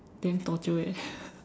damn torture eh